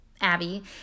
Abby